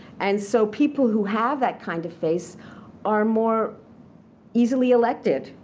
and so people who have that kind of face are more easily elected,